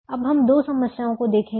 अब हम दो समस्याओं को देखेंगे